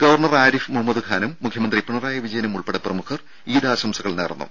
governor Arif മുഹമ്മദ്ഖാനും മുഖ്യമന്ത്രി പിണറായി വിജയനും ഉൾപ്പെടെ പ്രമുഖർ ഈദ് ആശംസകൾ നേർന്നു